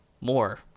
more